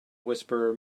whisperer